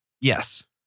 Yes